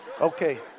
Okay